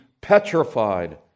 petrified